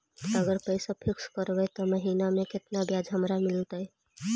अगर पैसा फिक्स करबै त महिना मे केतना ब्याज हमरा मिलतै?